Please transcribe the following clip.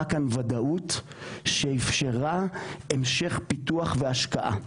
כאן ודאות שאפשרה המשך פיתוח והשקעה.